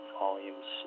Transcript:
volumes